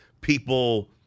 people